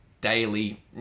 daily